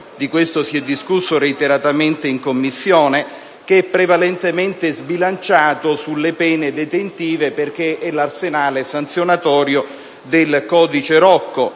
(di questo si è discusso reiteratamente in Commissione) che è prevalentemente sbilanciato sulle pene detentive perché è l'arsenale sanzionatorio del codice Rocco,